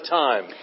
time